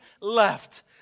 left